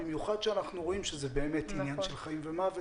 במיוחד כשאנחנו רואים שזה באמת עניין של חיים ומוות,